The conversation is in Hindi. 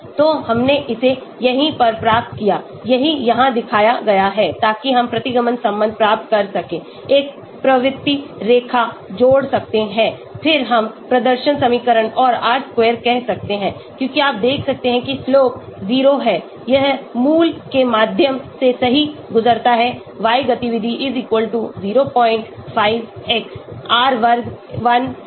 तो हमने इसे यहीं पर प्राप्त किया यही यहां दिखाया गया है ताकि हम प्रतिगमन संबंध प्राप्त कर सकें एक प्रवृत्ति रेखा जोड़ सकते हैं फिर हम प्रदर्शन समीकरण और R square कह सकते हैं क्योंकि आप देख सकते हैं कि slope 0 है यह मूल के माध्यम से सही गुजरता है y गतिविधि 05x R वर्ग 1 है